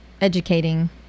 educating